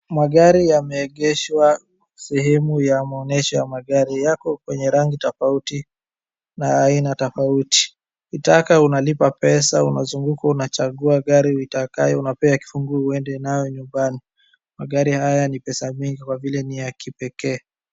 Magari yameegeshwa sehemu ya maonyesho ya magari. Yako kwenye rangi tofauti na aina tofauti. Ukitaka unalipa pesa unazunguka unachagua gari uitakayo unapewa kifunguo uede nayo nyumbani. Magari haya ni pesa mingi kwa vile ni ya kipekee.